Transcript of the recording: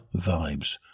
vibes